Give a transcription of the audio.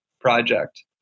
project